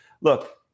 look